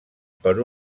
per